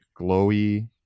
glowy